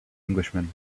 englishman